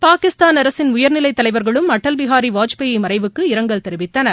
பாகிஸ்தான் அரசின் உயர்நிலைத் தலைவர்களும் அடல் பிகாரி வாஜ்பாய் மறைவுக்கு இரங்கல் தெரிவித்தனர்